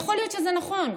יכול להיות שזה נכון,